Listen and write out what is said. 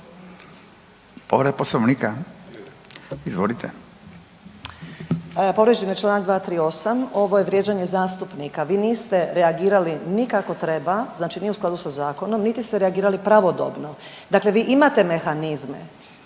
Povreda Poslovnika? Izvolite.